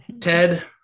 Ted